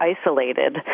isolated